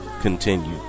continue